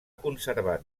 conservat